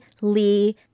Lee